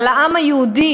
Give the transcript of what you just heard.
על העם היהודי.